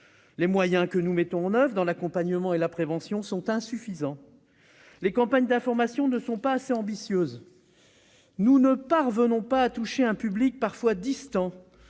Les moyens que nous mettons en oeuvre pour l'accompagnement et la prévention sont insuffisants ; les campagnes d'information ne sont pas assez ambitieuses ; et nous ne parvenons pas à toucher un public parfois distant